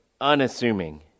unassuming